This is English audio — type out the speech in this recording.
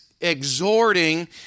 exhorting